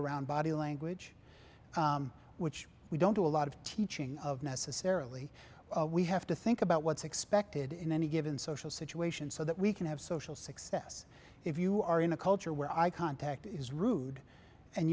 around body language which we don't do a lot of teaching of necessarily we have to think about what's expected in any given social situation so that we can have social success if you are in a culture where eye contact is rude and